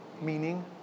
Meaning